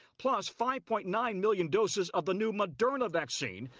plus five point nine million doses of the new moderna vaccine,